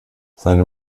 seine